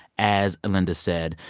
as linda said,